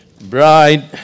Bride